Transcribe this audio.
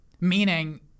Meaning